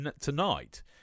tonight